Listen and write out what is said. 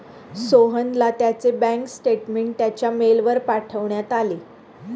सोहनला त्याचे bank statement त्याच्या मेलवर पाठवण्यात आले